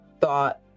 thought